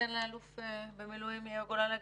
אתן לאלוף במילואים יאיר גולן לדבר?